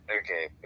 Okay